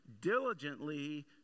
diligently